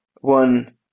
one